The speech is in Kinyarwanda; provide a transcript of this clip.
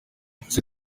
ese